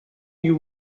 you